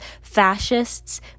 Fascists